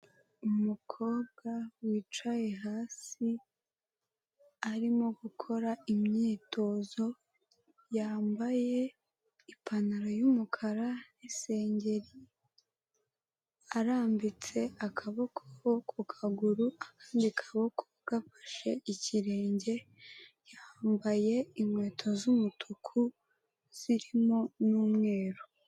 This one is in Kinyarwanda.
Umukobwa wicaye hasi arimo gukora imyitozo yambaye ipantaro y'umukara n'isengeri. Arambitse akaboko ku kaguru, akandi kaboko gafashe ikirenge. Yambaye inkweto z'umutuku zirimo n'umweru.